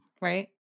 right